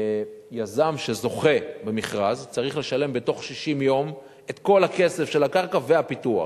יזם שזוכה במכרז צריך לשלם בתוך 60 יום את כל הכסף של הקרקע והפיתוח.